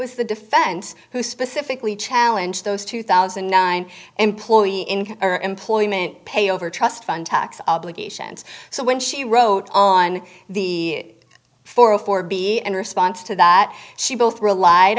was the defense who specifically challenge those two thousand and nine employee income or employment pay over trust fund tax obligations so when she wrote on the four a four b and response to that she both relied